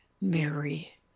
Mary